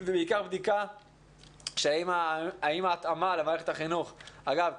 בעיקר בדיקה האם ההתאמה למערכת החינוך ואגב,